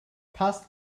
past